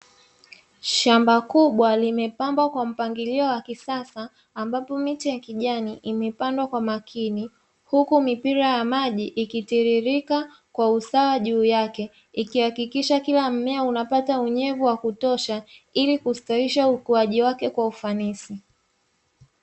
Shamba kubwa limepambwa kwa mpangilio wa kisasa, ambapo miti ya kijani imepandwa kwa makini, huku mipira ya maji ikitiririka kwa usawa juu yake, ikihakikisha kila mmea unapata unyevu wa kutosha ili kustawisha ukuaji wake kwa ufanisi.